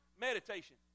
meditation